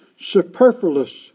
Superfluous